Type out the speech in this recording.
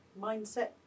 mindset